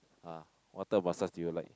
ah what type of massage do you like